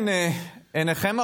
"אני מתחייב